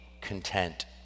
content